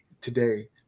Today